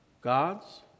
God's